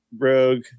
rogue